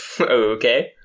Okay